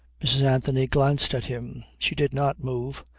mrs. anthony glanced at him. she did not move,